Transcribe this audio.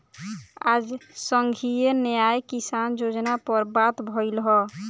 आज संघीय न्याय किसान योजना पर बात भईल ह